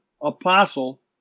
apostle